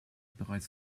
bereits